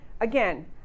again